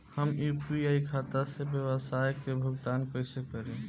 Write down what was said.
हम यू.पी.आई खाता से व्यावसाय के भुगतान कइसे करि?